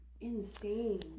insane